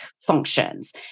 functions